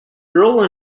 earl